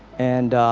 and